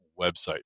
website